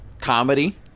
Comedy